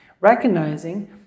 recognizing